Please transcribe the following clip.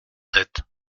sept